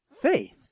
Faith